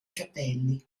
capelli